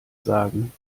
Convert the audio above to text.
sagen